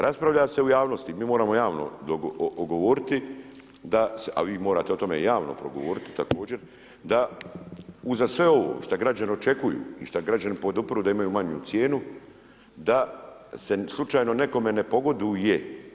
Raspravlja se u javnosti, mi moramo javno govoriti, a vi morate o tome javno progovoriti također, da uza sve ovo što građani očekuju i što građani podupiru da imaju manju cijenu da se slučajno nekome ne pogoduje.